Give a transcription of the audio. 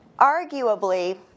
Arguably